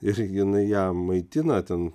ir jinai ją maitina ten